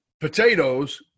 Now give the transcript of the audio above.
potatoes